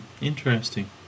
interesting